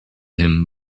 him